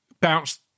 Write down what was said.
bounce